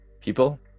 people